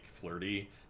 flirty